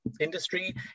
industry